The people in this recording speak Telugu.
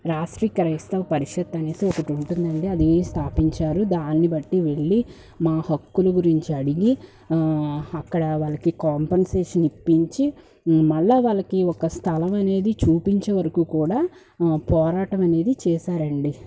రాష్ట్రీయ క్రైస్తవ పరిషత్ అనేసి ఒకటి ఉంటుంటుందండి అది స్థాపించారు దాన్ని బట్టి వెళ్ళి మా హక్కులు గురించి అడిగి అక్కడ వాళ్ళకి కాంపెన్సేషన్ ఇప్పించి మరలా వాళ్ళకి ఒక స్థలం అనేది చూపించే వరకు కూడా పోరాటం అనేది చేశారండి